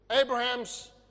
Abraham's